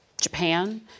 Japan